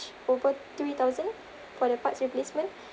over three thousand for the parts replacement